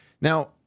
Now